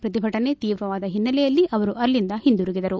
ಪ್ರತಿಭಟನೆ ತೀವ್ರವಾದ ಹಿನ್ನೆಲೆಯಲ್ಲಿ ಅವರು ಅಲ್ಲಿಂದ ಹಿಂದಿರುಗಿದರು